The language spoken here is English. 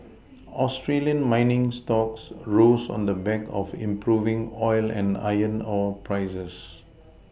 Australian mining stocks rose on the back of improving oil and iron ore prices